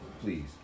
Please